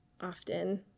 often